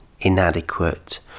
inadequate